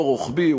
לא רוחבי,